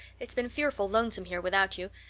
it's been fearful lonesome here without you,